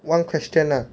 one question lah